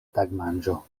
tagmanĝo